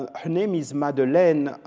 her name is madeleine.